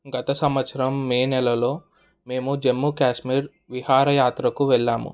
గత సంవత్సరం మే నెలలో మేము జమ్మూ కాశ్మీర్ విహారయాత్రకు వెళ్ళాము